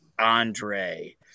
Andre